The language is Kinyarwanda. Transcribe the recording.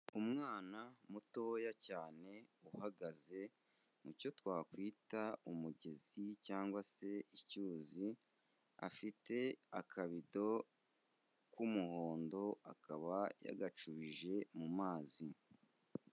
Umwana mutoya cyane uhagaze mu cyo twakwita umugezi cyangwa se icyuzi, afite akabido k'umuhondo akaba yagacubije mu mazi.